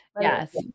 Yes